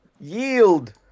yield